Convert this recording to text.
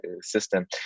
system